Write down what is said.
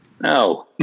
No